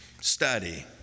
study